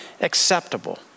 acceptable